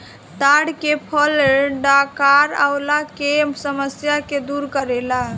ताड़ के फल डकार अवला के समस्या के दूर करेला